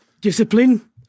discipline